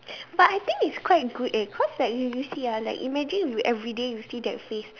but I think it's quite good eh cause like you you see ah like imagine you everyday you see that face